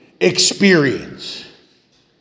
experience